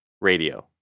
radio